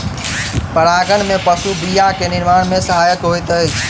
परागन में पशु बीया के निर्माण में सहायक होइत अछि